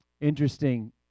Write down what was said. Interesting